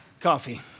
coffee